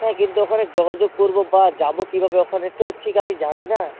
হ্যাঁ কিন্তু ওখানে যোগাযোগ করব বা যাব কীভাবে ওখানে তো ঠিক আমি জানি না